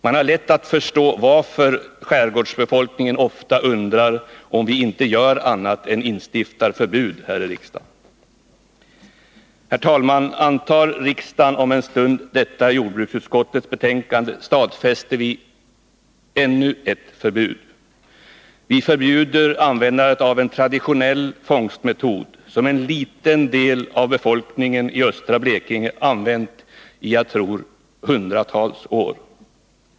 Man har lätt att förstå varför skärgårdsbefolkningen ofta undrar om vi inte gör annat än instiftar förbud här i riksdagen. Herr talman! Antar riksdagen om en stund detta jordbruksutskottets förslag, stadfäster vi ännu ett förbud. Vi förbjuder användandet av en traditionell fångstmetod som en liten del av befolkningen i östra Blekinge använt i, tror jag, hundratals år.